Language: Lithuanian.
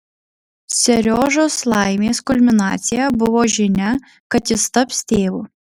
seriožos laimės kulminacija buvo žinia kad jis taps tėvu